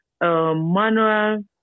manual